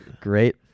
Great